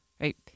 right